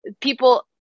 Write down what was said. people